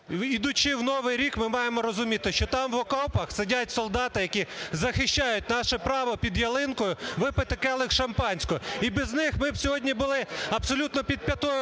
Йдучи в новий рік, ми маємо розуміти, що там, в окопах, сидять солдати, які захищають наше право під ялинкою випити келих шампанського. І без них ми б сьогодні були абсолютно під п'ятою